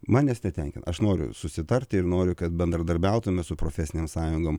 manęs netenkina aš noriu susitarti ir noriu kad bendradarbiautume su profesinėm sąjungom